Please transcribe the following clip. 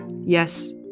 Yes